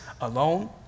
alone